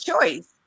choice